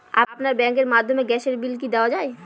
আপনার ব্যাংকের মাধ্যমে গ্যাসের বিল কি দেওয়া য়ায়?